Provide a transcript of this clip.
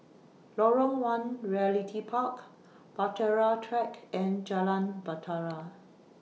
Lorong one Realty Park Bahtera Track and Jalan Bahtera